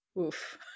oof